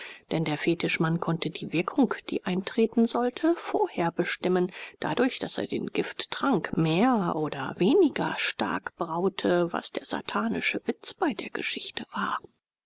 denn der fetischmann konnte die wirkung die eintreten sollte vorher bestimmen dadurch daß er den gifttrank mehr oder weniger stark braute was der satanische witz bei der geschichte war